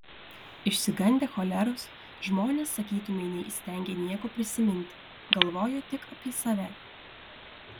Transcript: išsigandę choleros žmonės sakytumei neįstengė nieko prisiminti galvojo tik apie save